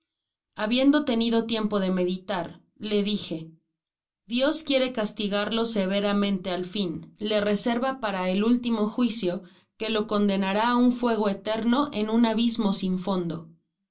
habiendo tenido tiempo de meditar le dije dios quiere castigarlo severamente al fin le reserva para el último juicio que lo condenará á un fuego eterno en un abismo sin fondo